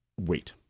wait